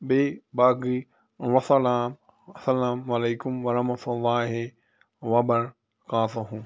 بیٚیہِ باقٕے وسلام اَلسلام علیكم ورحمتہ اللہِ وبرکاتہُ